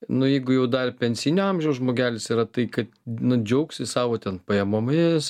nu jeigu jau dar pensijinio amžiaus žmogelis yra tai kad nu džiugsis savo ten pajamomis